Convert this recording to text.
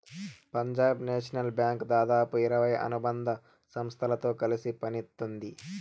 Punjab National Bank దాదాపు ఇరవై అనుబంధ సంస్థలతో కలిసి పనిత్తోంది